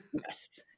yes